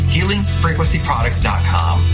HealingFrequencyProducts.com